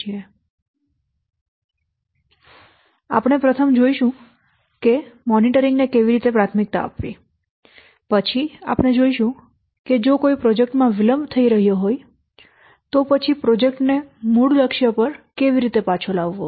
આપણે પ્રથમ જોઈશું કે પહેલા મોનિટરિંગ ને કેવી રીતે પ્રાથમિકતા આપવી પછી આપણે જોઈશું કે જો કોઈ પ્રોજેક્ટ માં વિલંબ થઈ રહ્યો હોય તો પછી પ્રોજેક્ટ ને મૂળ લક્ષ્ય પર કેવી રીતે પાછો લાવવો